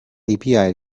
api